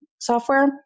software